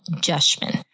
judgment